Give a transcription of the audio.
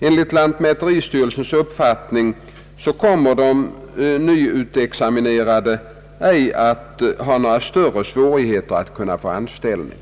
Enligt lantmäteristyrelsens uppfattning kommer de nyutexaminerade ej att ha några större svårigheter att få anställning.